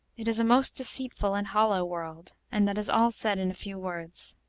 it is a most deceitful and hollow world! and that is all said in a few words.